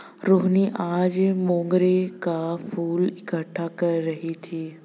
रोहिनी आज मोंगरे का फूल इकट्ठा कर रही थी